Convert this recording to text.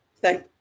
Thank